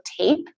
tape